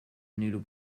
noodle